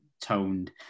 toned